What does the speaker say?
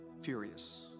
Furious